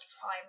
try